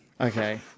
Okay